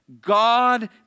God